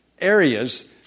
areas